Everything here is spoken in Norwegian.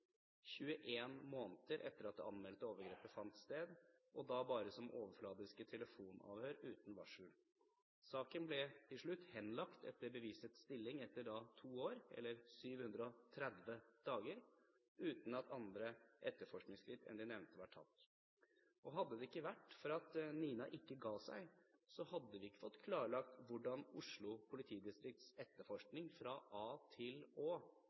måneder etter at det anmeldte overgrepet fant sted, og da bare som overflatiske telefonavhør uten varsel. Saken ble til slutt henlagt etter bevisets stilling etter to år eller 730 dager, uten at andre etterforskningsskritt enn de nevnte var tatt. Hadde det ikke vært for at Nina ikke ga seg, hadde vi ikke fått klarlagt hvordan Oslo politidistrikts etterforskning fra a til å